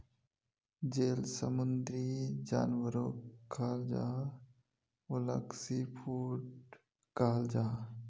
जेल समुंदरी जानवरोक खाल जाहा उलाक सी फ़ूड कहाल जाहा